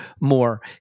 more